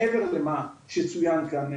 מעבר למה שצויין כאן,